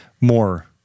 more